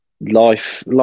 Life